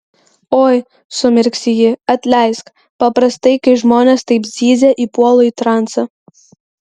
oi sumirksi ji atleisk paprastai kai žmonės taip zyzia įpuolu į transą